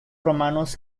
romanos